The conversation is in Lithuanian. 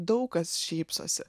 daug kas šypsosi